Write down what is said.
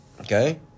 Okay